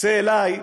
צא אלי.